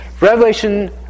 Revelation